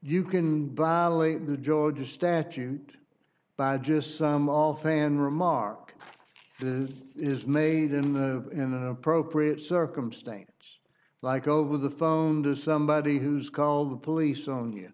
you can buy the georgia statute by just some all fan remark is made in inappropriate circumstance like over the phone to somebody who's call the police on y